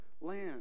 land